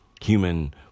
human